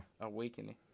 awakening